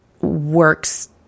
works